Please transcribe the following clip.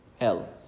hell